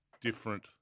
different